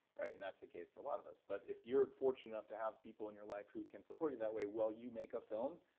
and that's the case for a lot of us, but if you're fortunate enough to have people in your life who can support you that way while you make a film,